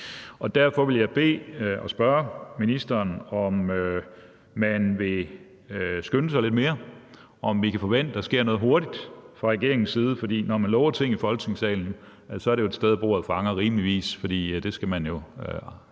Derfor vil jeg spørge ministeren, om man vil skynde sig lidt mere, og om vi kan forvente, at der sker noget hurtigt fra regeringens side, for når man lover ting et sted som i Folketingssalen, fanger bordet rimeligvis, for man skal jo